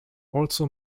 also